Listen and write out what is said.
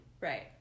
Right